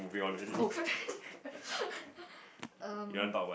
oh erm